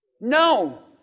No